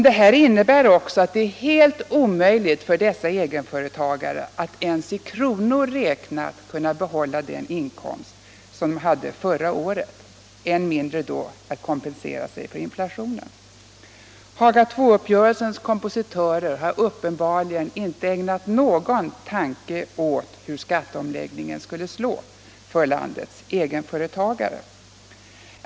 Det innebär att det är helt omöjligt för denne egenföretagare att ens i kronor räknat behålla den inkomst som han hade förra året, än mindre då kompensera sig för inflationen. Haga II-uppgörelsens kompositörer har uppenbarligen inte ägnat någon tanke åt hur skatteomläggningen skulle slå för landets egenföretagare.